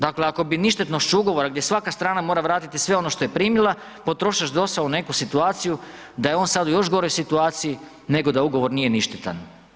Dakle ako bi ništetnost ugovora gdje svaka strana mora vratiti sve ono što je primila potrošač došao u neku situaciju da je on sada u još goroj situaciji nego da ugovor nije ništetan.